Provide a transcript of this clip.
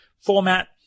format